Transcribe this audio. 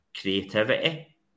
creativity